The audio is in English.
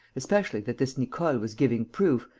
especially that this nicole was giving proof,